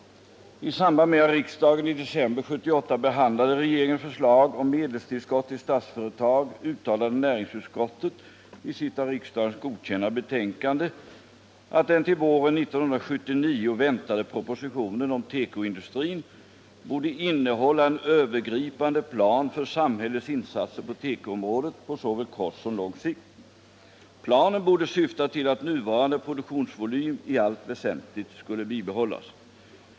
I samband med att riksdagen i december 1978 behandlade regeringens förslag om medelstillskott till Statsföretag AB uttalade näringsutskottet i sitt av riksdagen godkända betänkande att den till våren 1979 väntade propositionen om tekoindustrin borde innehålla ”en övergripande plan för samhällets insatser på tekoområdet såväl på kort som på lång sikt. Planen bör syfta till att nuvarande produktionsvolym i allt väsentligt skall bibehållas.